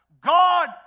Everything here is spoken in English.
God